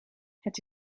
het